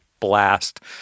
blast